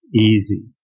easy